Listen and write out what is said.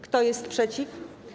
Kto jest przeciw?